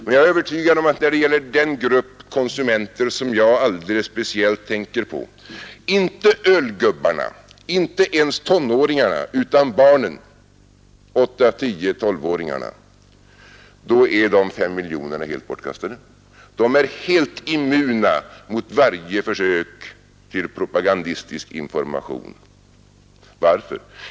Men jag är övertygad om att när det gäller den grupp konsumenter som jag alldeles speciellt tänker på — inte ölgubbarna, inte ens tonåringarna utan barnen, 8-, 10-, 12-åringarna — är de 5 miljonerna helt bortkastade. Barn är helt immuna mot varje försök till information i en fråga som denna. Varför?